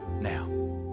now